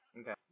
Okay